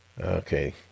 Okay